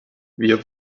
wir